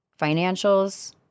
financials, –